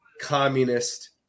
communist